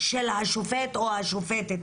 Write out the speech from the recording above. השופט או השופטת,